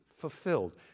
fulfilled